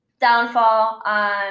downfall